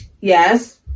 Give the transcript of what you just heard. Yes